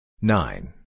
Nine